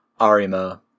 Arima